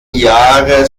jahre